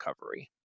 recovery